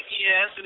yes